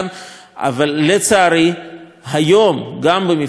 אבל לצערי כיום, גם במפרץ חיפה,